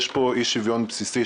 יש פה אי-שוויון בסיסי,